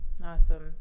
awesome